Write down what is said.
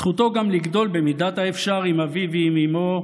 זכותו גם לגדול, במידת האפשר, עם אביו ועם אימו.